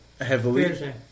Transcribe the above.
Heavily